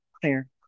clear